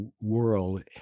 world